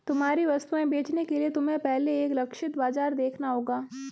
तुम्हारी वस्तुएं बेचने के लिए तुम्हें पहले एक लक्षित बाजार देखना होगा